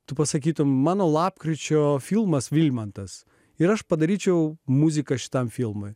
tu pasakytumei mano lapkričio filmas vilmantas ir aš padaryčiau muziką šitam filmui